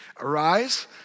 arise